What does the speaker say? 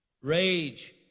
rage